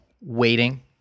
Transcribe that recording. waiting